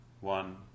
one